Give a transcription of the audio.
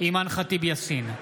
אימאן ח'טיב יאסין,